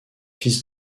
fils